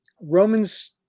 Romans